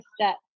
step